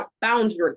boundaries